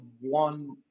one